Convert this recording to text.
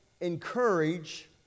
encourage